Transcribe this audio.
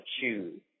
choose